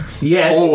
Yes